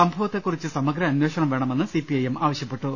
സംഭവത്തെ കുറിച്ച് സമഗ്ര അന്വേഷണം വേണമെന്ന് സിപിഐഎം ആവശ്യപ്പെട്ടു